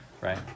Right